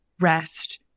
rest